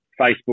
Facebook